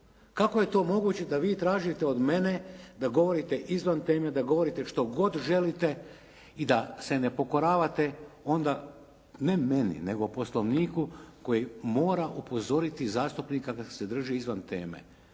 Kako je to moguće da vi tražite od mene da govorite izvan teme, da govorite što god želite i da se ne pokoravate onda ne meni nego poslovniku koji mora upozoriti zastupnika kada se drži izvan teme?